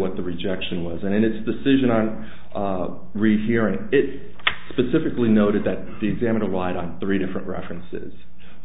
what the rejection was and its decision on rehearing it specifically noted that the examiner lied on three different references